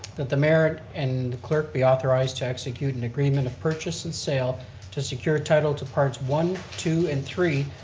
that the merit and clerk be authorized to execute an agreement of purchase and sale to secure title to parts one, two, and three,